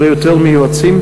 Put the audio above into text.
הרבה יותר מיועצים,